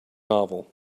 novel